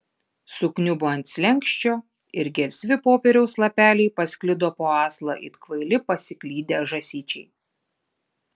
sukniubo ant slenksčio ir gelsvi popieriaus lapeliai pasklido po aslą it kvaili pasiklydę žąsyčiai